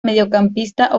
mediocampista